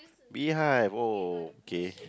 beehive oh okay